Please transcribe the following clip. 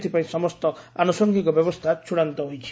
ଏଥିପାଇଁ ସମସ୍ତ ଆନୁଷଙ୍ଗିକ ବ୍ୟବସ୍ଷା ଚୂଡ଼ାନ୍ତ ହୋଇଛି